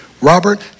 Robert